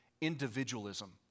individualism